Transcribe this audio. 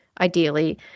ideally